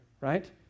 right